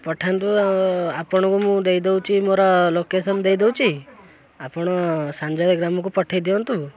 ପଠାନ୍ତୁ ଆପଣଙ୍କୁ ମୁଁ ଦେଇଦେଉଛି ମୋର ଲୋକେସନ୍ ଦେଇଦେଉଛି ଆପଣ ସାଞ୍ଜୟ ଗ୍ରାମକୁ ପଠାଇ ଦିଅନ୍ତୁ